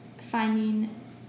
finding